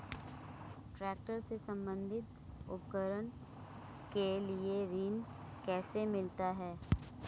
Tractor से संबंधित उपकरण के लिए ऋण कैसे मिलता है?